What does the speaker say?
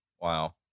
Wow